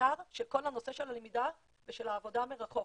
בעיקר בכל הנושא של הלמידה ושל העבודה מרחוק.